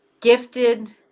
gifted